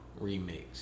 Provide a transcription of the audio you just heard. remix